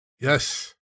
yes